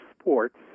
sports